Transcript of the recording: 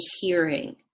hearing